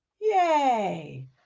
Yay